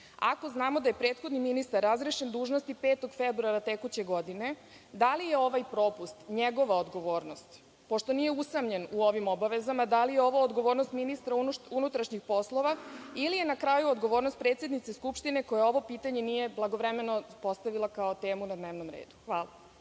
Ako znamo da je prethodni ministar razrešen dužnosti 5. februara tekuće godine, da li je ovaj propust njegova odgovornost? Pošto nije usamljen u ovim obavezama, da li je ovo odgovornost ministra unutrašnjih poslova ili je na kraju odgovornost predsednice Skupštine koja ovo pitanje nije blagovremeno postavila kao temu na dnevnom redu? Hvala.